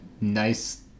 nice